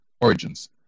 Origins